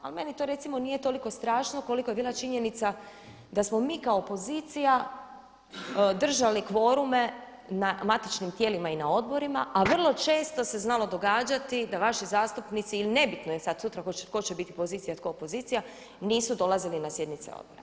Ali meni to recimo nije toliko strašno kolika je bila činjenica da smo mi kao opozicija držali kvorume na matičnim tijelima i na odborima a vrlo često se znalo događati da vaši zastupnici ili ne bitno je sada sutra tko će biti pozicija a tko opozicija, nisu dolazili na sjednice odbora.